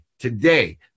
today